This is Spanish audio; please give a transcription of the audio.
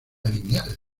lineal